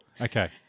Okay